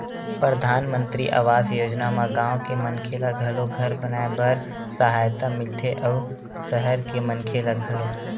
परधानमंतरी आवास योजना म गाँव के मनखे ल घलो घर बनाए बर सहायता मिलथे अउ सहर के मनखे ल घलो